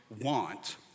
want